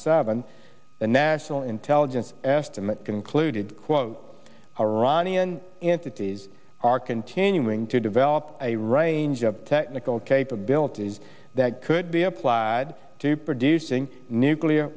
seven the national intelligence estimate concluded quote iranian into teas are continuing to develop a range of technical capabilities that could be applied to producing nuclear